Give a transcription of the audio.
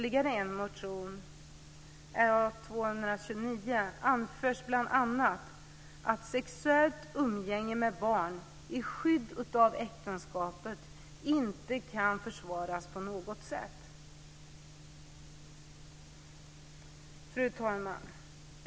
I motion A229 anförs bl.a. att sexuellt umgänge med barn i skydd av äktenskapet inte kan försvaras på något sätt. Fru talman!